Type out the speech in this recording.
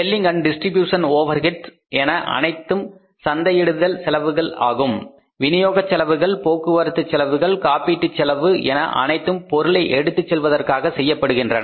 selling and distribution overhead Selling Distribution overheads என அனைத்தும் சந்தையிடுதல் செலவுகள் ஆகும் விநியோக செலவுகள் போக்குவரத்துச் செலவுகள் காப்பீட்டு செலவு என அனைத்தும் பொருளை எடுத்துச் செல்வதற்காக செய்யப்படுகின்றன